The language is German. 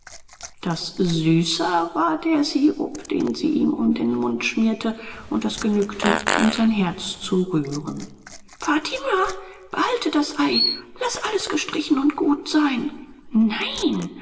das süßer war der sirup den sie ihm um den mund schmierte und das genügte um sein herz zu rühren fatima behalte das ei laß alles gestrichen und gut sein nein